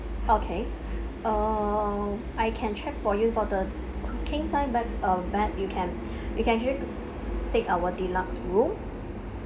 okay uh I can check for you for the king sized beds uh bed you can you can actually take our deluxe room